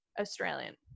Australian